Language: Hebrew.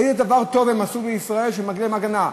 איזה דבר טוב הם עשו לישראל שמגיעה להם הגנה?